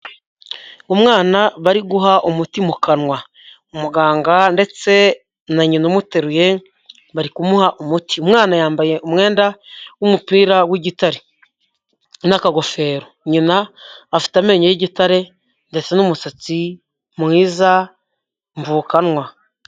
Umwana bariguha umuti mu kanwa umuganga ndetse na nyina umuteruye bari kumuha umuti, umwana yambaye umwenda w'umupira w'igitare n'akagofero nyina afite amenyo y'igitare ndetse n'umusatsi mwiza mvukanwa.